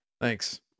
thanks